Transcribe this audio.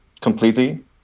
completely